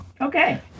Okay